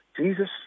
Jesus